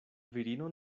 virino